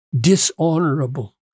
dishonorable